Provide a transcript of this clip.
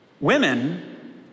Women